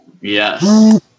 yes